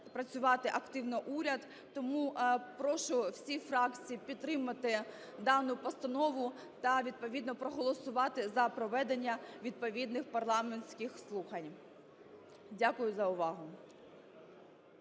працювати активно уряд. Тому прошу всі фракції підтримати дану постанову та відповідно проголосувати за проведення відповідних парламентських слухань. Дякую за увагу.